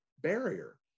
barrier